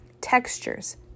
Textures